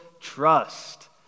trust